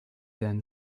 then